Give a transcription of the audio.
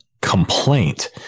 complaint